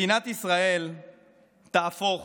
מדינת ישראל תהפוך